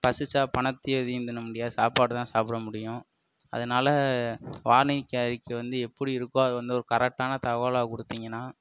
பசிச்சால் பணத்தையோ எதையும் திண்ண முடியாது சாப்பாடுதான் சாப்பிட முடியும் அதனால் வானிக்கை அறிக்கை வந்து எப்படி இருக்கோ அது வந்து ஒரு கரெக்டான தகவலாக கொடுத்தீங்கனா